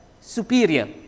superior